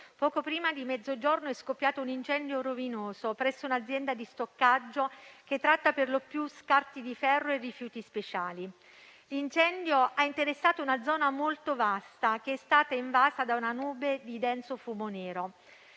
Poco prima di mezzogiorno è scoppiato un incendio rovinoso presso un'azienda di stoccaggio, che tratta per lo più scarti di ferro e rifiuti speciali. L'incendio ha interessato una zona molto vasta, che è stata invasa da una nube di denso fumo nero.